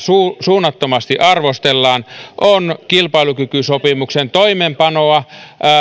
suunnattomasti arvostellaan on kilpailukykysopimuksen toimeenpanoa